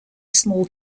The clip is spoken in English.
small